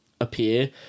appear